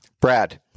Brad